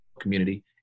community